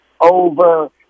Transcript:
over